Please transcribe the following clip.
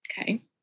Okay